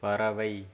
பறவை